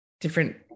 different